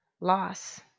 loss